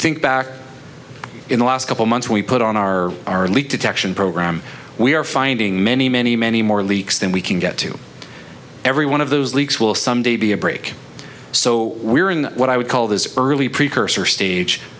think back in the last couple months we put on our our leak detection program we are finding many many many more leaks than we can get to every one of those leaks will some day be a break so we are in what i would call the early precursor stage